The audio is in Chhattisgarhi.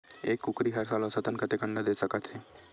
एक कुकरी हर साल औसतन कतेक अंडा दे सकत हे?